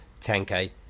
10k